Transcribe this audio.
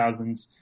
2000s